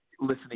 listening